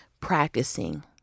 practicing